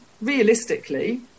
realistically